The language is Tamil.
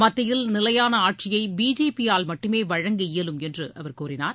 மத்தியில் நிலையான ஆட்சியை பிஜேபி யால் மட்டுமே வழங்க இயலும் என்று அவர் கூறினார்